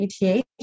ETH